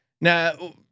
Now